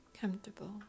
comfortable